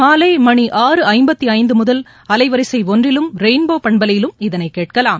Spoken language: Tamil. மாலை மணி ஆறு ஐம்பத்தைந்து முதல் அலைவரிசை ஒன்றிலும் ரெயின்போ பண்பலையிலும் இதனை கேட்கலாம்